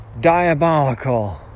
diabolical